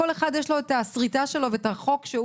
לכל אחד יש את השריטה שלו ואת החוק שהוא